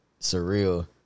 surreal